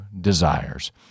desires